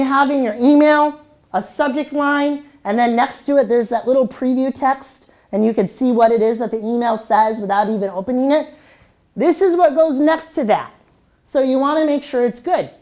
you have in your e mail a subject line and then next to it there's that little preview text and you can see what it is that nel says without even open it this is what goes next to that so you want to make sure it's good